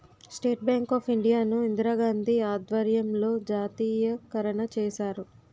state bank of India ను ఇందిరాగాంధీ ఆధ్వర్యంలో జాతీయకరణ చేశారు